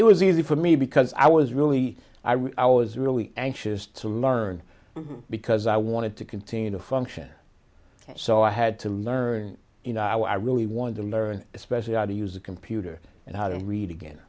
it was easy for me because i was really i was really anxious to learn because i wanted to continue to function so i had to learn you know i really wanted to learn especially how to use a computer and how to read again